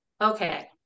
Okay